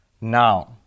Now